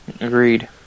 Agreed